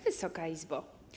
Wysoka Izbo!